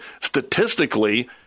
statistically